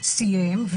סיים,